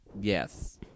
Yes